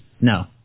no